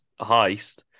heist